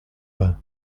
main